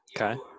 Okay